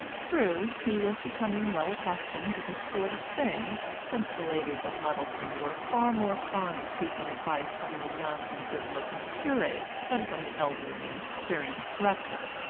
true, he was becoming well accustomed to this sort of thing, since the ladies of muddleton were far more fond of seeking advice from the young and good-looking curate than from the elderly and experienced rector.